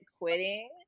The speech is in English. quitting